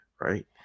right